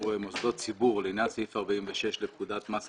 מוסדות ציבור לעניין סעיף 46 לפקודת מס הכנסה.